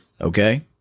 okay